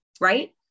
right